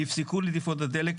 נפסקו דליפות הדלק,